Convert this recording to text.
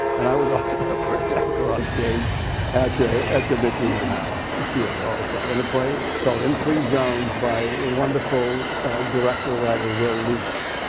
and i was also the first actor on stage at at the mitzi newhouse and theater also. in a play called in three zones by the wonderful director, writer will leach.